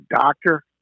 doctor